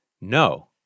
no